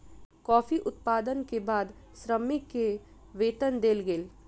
coffee उत्पादन के बाद श्रमिक के वेतन देल गेल